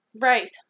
Right